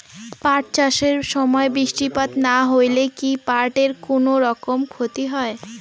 পাট চাষ এর সময় বৃষ্টিপাত না হইলে কি পাট এর কুনোরকম ক্ষতি হয়?